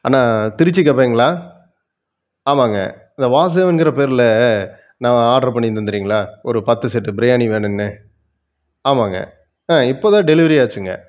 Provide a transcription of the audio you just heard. அண்ணா திருச்சி கபேங்களா ஆமாங்க இந்த வாசுதேவன்ங்கிற பேரில் நான் ஆட்ரு பண்ணியிருந்தேன் தெரியுங்களா ஒரு பத்து செட்டு பிரியாணி வேணும்னு ஆமாங்க ஆ இப்போ தான் டெலிவரி ஆச்சுங்க